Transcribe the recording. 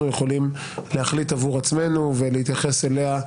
יכולים להחליט עבור עצמנו ולהתייחס אליה.